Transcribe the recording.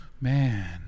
man